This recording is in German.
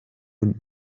und